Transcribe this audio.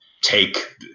take